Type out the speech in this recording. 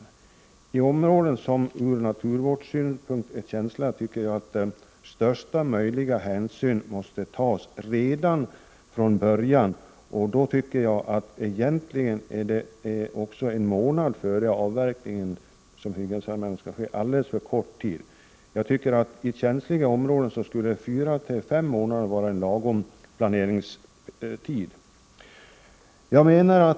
När det gäller områden som ur naturvårdssynpunkt är känsliga anser jag att största möjliga hänsyn måste tas redan från början. Egentligen är en månad före avverkning — som hyggesanmälan skall ske — alldeles för kort tid. I känsliga områden skulle fyra till fem månader vara en lagom planeringstid.